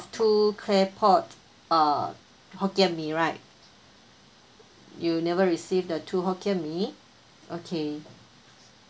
two clay pot uh hokkien mee right you never receive the two hokkien mee okay